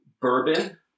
bourbon